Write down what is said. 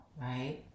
right